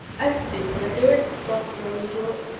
a senior do it! scoffed roland yorke.